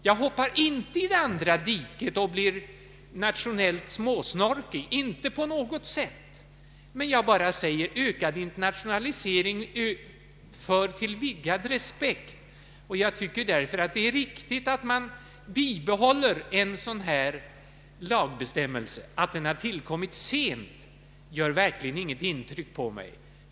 Jag hoppar inte i det andra diket och blir nationellt småsnorkig, inte på något sätt. Men jag påstår att ökad internationalisering för till vidgad respekt. Jag tycker därför att det är riktigt att man bibehåller en sådan här lagbestämmelse. Att den har tillkommit sent gör verkligen inte något intryck på mig.